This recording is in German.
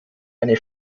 eine